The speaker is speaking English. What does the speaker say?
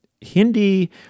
Hindi